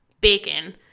bacon